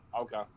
Okay